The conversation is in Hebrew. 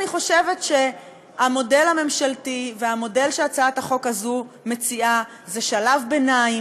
אני חושבת שהמודל הממשלתי והמודל שהצעת החוק הזאת מציעה זה שלב ביניים.